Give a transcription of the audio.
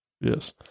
Yes